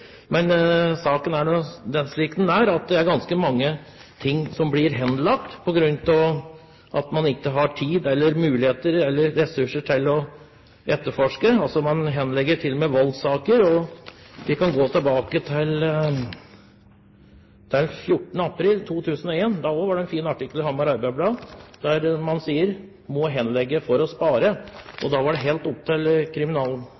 at man ikke har tid, muligheter eller ressurser til å etterforske. Man henlegger til og med voldssaker. Vi kan gå tilbake til den 14. april 2010. Da var det også en fin artikkel i Hamar Arbeiderblad der man sier at man må henlegge for å spare.